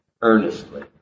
Earnestly